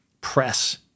press